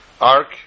ark